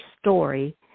story